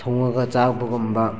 ꯊꯣꯡꯂꯒ ꯆꯥꯕꯒꯨꯝꯕ